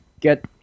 Get